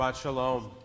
Shalom